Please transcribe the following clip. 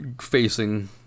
facing